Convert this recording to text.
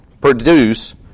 produce